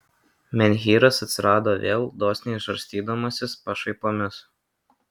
menhyras atsirado vėl dosniai žarstydamasis pašaipomis